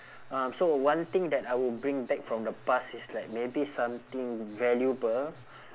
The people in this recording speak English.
um so one thing that I would bring back from the past is like maybe something valuable